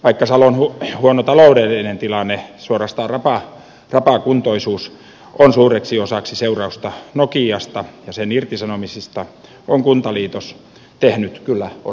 vaikka salon huono taloudellinen tilanne suorastaan rapakuntoisuus on suureksi osaksi seurausta nokiasta ja sen irtisanomisista on kuntaliitos tehnyt kyllä osansa